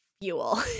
fuel